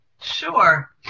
Sure